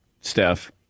Steph